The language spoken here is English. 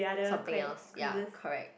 something else ya correct